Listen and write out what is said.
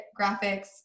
graphics